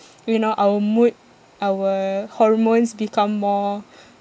you know our mood our hormones become more